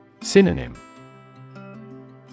Synonym